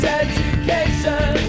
education